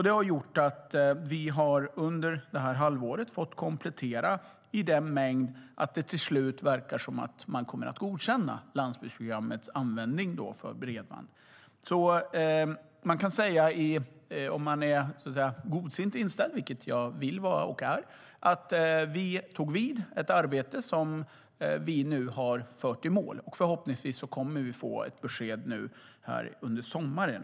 Det har gjort att vi under detta halvår har fått komplettera detta på ett sådant sätt att det verkar som om man till slut kommer att godkänna Landsbygdsprogrammets användning för bredband. Om man är välvilligt inställd, vilket jag vill vara och är, kan man säga att vi tog vid ett arbete som vi nu har fört i mål. Förhoppningsvis kommer vi att få ett besked under sommaren.